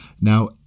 now